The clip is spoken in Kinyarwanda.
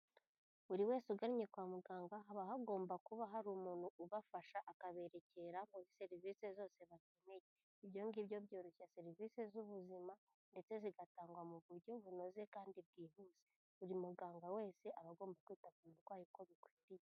Buri wese ugannye kwa muganga haba hagomba kuba hari umuntu ubafasha, akaberekera muri serivisi zose bakeneye, ibyo ngibyo byoroshya serivisi z'ubuzima ndetse zigatangwa mu buryo bunoze kandi bwihuse, buri muganga wese aba agomba kwita ku burwayi uko bikwiriye.